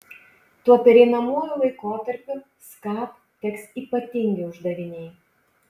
tuo pereinamuoju laikotarpiu skat teks ypatingi uždaviniai